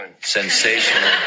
sensational